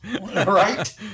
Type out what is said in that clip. right